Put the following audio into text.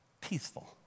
peaceful